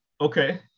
Okay